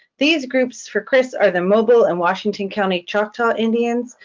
these groups for chris are the mobile and washington county choctaw indians,